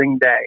day